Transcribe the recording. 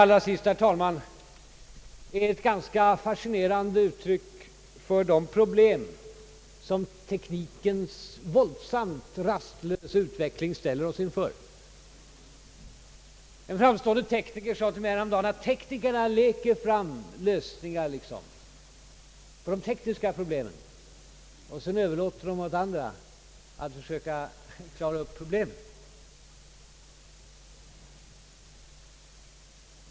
Allra sist vill jag säga, herr talman, att detta är ett exempel på de problem som teknikens våldsamt rastlösa utveckling ställer oss inför. En framstående tekniker sade häromdagen till mig, att teknikerna Icker fram lösning ar liksom på de tekniska problemen; sedan överlåter de åt andra att försöka klara upp svårigheterna som följer.